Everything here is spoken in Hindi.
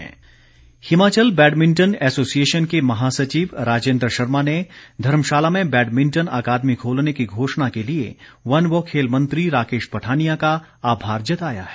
पठानिया आभार हिमाचल बैडमिंटन एसोसिएशन के महासचिव राजेंद्र शर्मा ने धर्मशाला में बैडमिंटन अकादमी खोलने की घोषणा के लिए वन व खेल मंत्री राकेश पठानिया का आभार जताया है